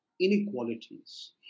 inequalities